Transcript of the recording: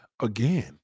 Again